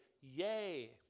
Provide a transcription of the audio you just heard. yay